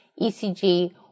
ECG